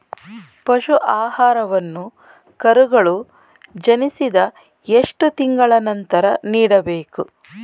ಪಶು ಆಹಾರವನ್ನು ಕರುಗಳು ಜನಿಸಿದ ಎಷ್ಟು ತಿಂಗಳ ನಂತರ ನೀಡಬೇಕು?